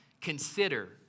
consider